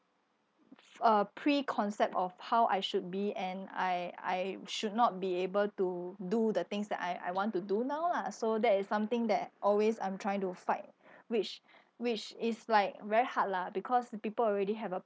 f~(uh) preconcept of how I should be and I I should not be able to do the things that I I want to do now lah so that is something that always I'm trying to fight which which is like very hard lah because the people already have a